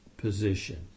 Position